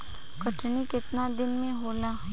कटनी केतना दिन मे होला?